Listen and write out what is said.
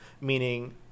meaning